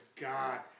God